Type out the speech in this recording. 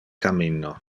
cammino